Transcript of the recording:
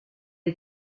est